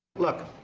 look,